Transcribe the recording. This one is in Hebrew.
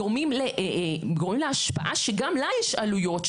גורמים להשפעה שגם לה יש עלויות,